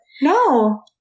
no